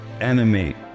enemy